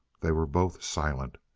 they were both silent.